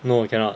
no you cannot